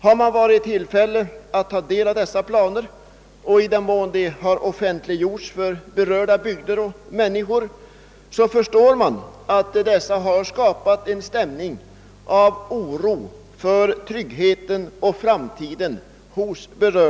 Har man varit i tillfälle att ta del av dessa planer — i den mån de offentliggjorts — förstår man att dessa hos de berörda människorna har skapat oro för tryggheten och framtiden.